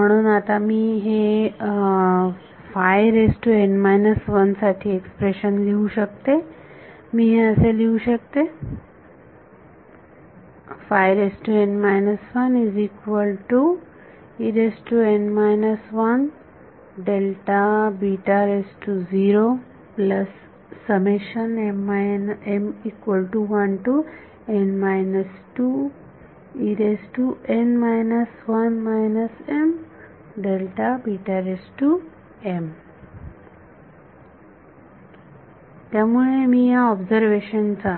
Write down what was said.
म्हणून आता मी हे साठी एक्सप्रेशन लिहू शकते मी हे असे लिहू शकते त्यामुळे मी ह्या ऑब्झर्वेशन चा